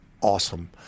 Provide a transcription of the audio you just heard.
awesome